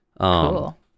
Cool